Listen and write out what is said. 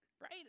right